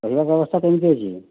ରହିବା ବ୍ୟବସ୍ଥା କେମିତି ଅଛି